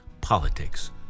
politics